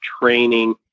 training